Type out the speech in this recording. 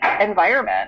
environment